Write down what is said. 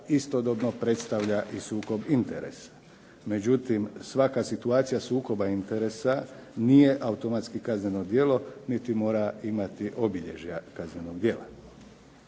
istodobno predstavlja i sukob interesa. Međutim, svaka situacija sukoba interesa nije automatski kazneno djelo niti mora imati obilježja kaznenog djela.